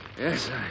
Yes